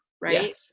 right